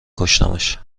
کشتمش